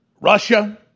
Russia